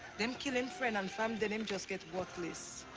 them kill him friend, and from then him just get worthless.